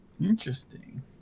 Interesting